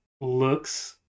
looks